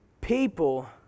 people